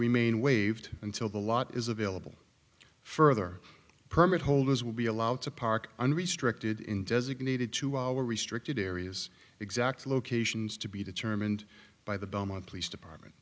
remain waived until the lot is available further permit holders will be allowed to park unrestricted in designated to our restricted areas exact locations to be determined by the belmont police department